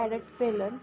पलट पेलन